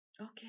Okay